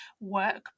work